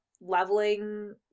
leveling